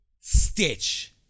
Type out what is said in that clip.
Stitch